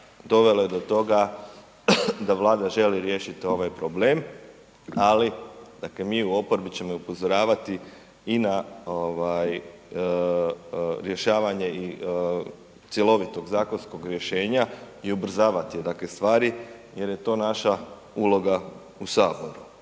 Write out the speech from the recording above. dovelo je do toga da Vlada želi riješiti ovaj problem, ali dakle mi u oporbi ćemo i upozoravati i na ovaj rješavanje i cjelovitog zakonskog rješenja i ubrzavati dakle stvari jer je to naša uloga u saboru.